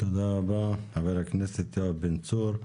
תודה רבה לחבר הכנסת יואב בן צור.